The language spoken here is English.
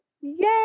Yay